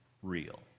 real